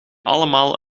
allemaal